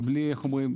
ובלי, איך אומרים?